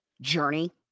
journey